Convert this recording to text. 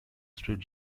street